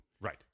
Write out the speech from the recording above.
Right